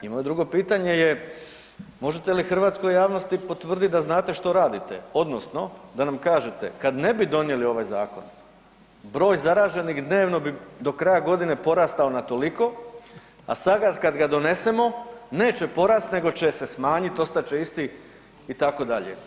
I moje drugo pitanje je možete li hrvatskoj javnosti potvrditi da znate što radite, odnosno da nam kažete, kad ne bi donijeli ovaj zakon, broj zaraženih dnevno bi do kraja godine porastao na toliko, a sad, kad ga donesemo neće porasti nego će se smanjiti, ostat će isti, itd.